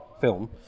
film